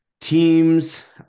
teams